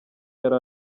yari